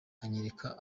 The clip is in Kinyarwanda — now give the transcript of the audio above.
anyereka